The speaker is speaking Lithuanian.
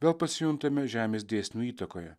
vėl pasijuntame žemės dėsnių įtakoje